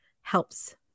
helps